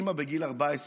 אימא בגיל 14